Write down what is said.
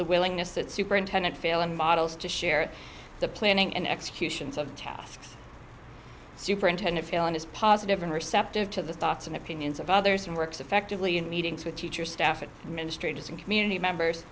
the willingness that superintendent failing models to share the planning and execution subtasks superintendent feeling as positive and receptive to the thoughts and opinions of others and works effectively in meetings with teachers staff and ministry and community members